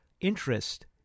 interest